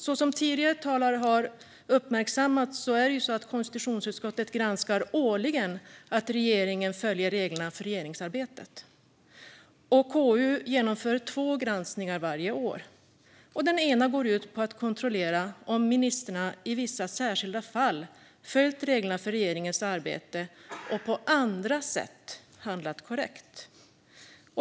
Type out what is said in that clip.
Som tidigare talare har uppmärksammat granskar konstitutionsutskottet årligen att regeringen följer reglerna för regeringsarbetet. KU genomför två granskningar varje år. Den ena går ut på att kontrollera om ministrarna i vissa särskilda fall följt reglerna för regeringens arbete och på andra sätt handlat korrekt.